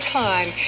time